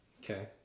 okay